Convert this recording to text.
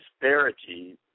disparity